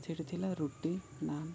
ସେଇଠି ଥିଲା ରୁଟି ନାନ୍